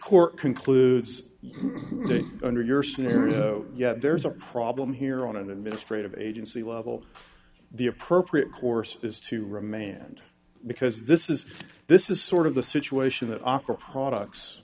court concludes under your scenario yet there's a problem here on an administrative agency level the appropriate course is to remand because this is this is sort of the situation that opera products